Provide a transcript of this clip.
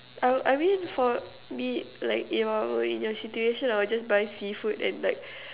I I mean for me like if I were in your situation I'll just buy seafood and like